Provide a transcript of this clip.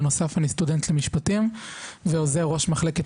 בנוסף אני סטודנט למשפטים ועוזר ראש מחלקת